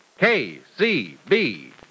KCB